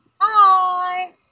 Hi